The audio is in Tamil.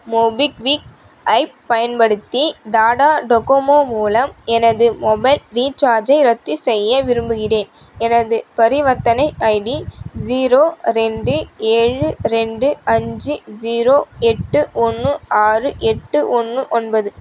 மொபிக்விக் ஐப் பயன்படுத்தி டாடா டொக்கோமோ மூலம் எனது மொபைல் ரீசார்ஜை ரத்துசெய்ய விரும்புகிறேன் எனது பரிவர்த்தனை ஐடி ஜீரோ ரெண்டு ஏழு ரெண்டு அஞ்சு ஜீரோ எட்டு ஒன்று ஆறு எட்டு ஒன்று ஒன்பது